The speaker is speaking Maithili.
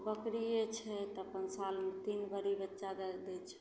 बकरिए छै तऽ अपन सालमे तीन बारी बच्चा दै छै